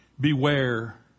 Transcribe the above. Beware